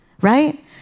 right